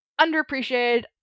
underappreciated